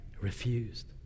refused